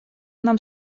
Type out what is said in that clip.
нам